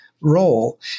role